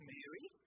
Mary